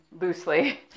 loosely